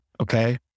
Okay